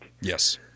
Yes